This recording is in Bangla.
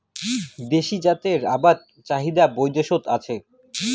দেশী জাতের আদার চাহিদা বৈদ্যাশত আছে